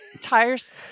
tires